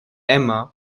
emma